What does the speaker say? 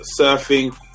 surfing